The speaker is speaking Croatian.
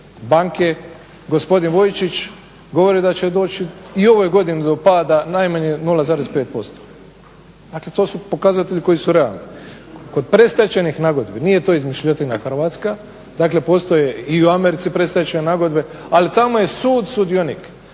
HNB-a gospodin Vujčić govori da će doći i ove godine do pada najmanje 0,5% dakle to su pokazatelji koji su realni. Kod predstečajnih nagodbi, nije to izmišljotina hrvatska, dakle postoje i u Americi predstečajne nagodbe ali tamo je sud sudionik.